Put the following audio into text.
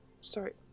Sorry